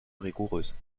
rigoureuse